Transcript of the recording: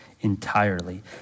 entirely